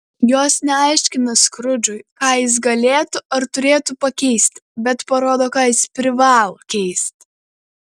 jos neaiškina skrudžui ką jis galėtų ar turėtų pakeisti bet parodo ką jis privalo keisti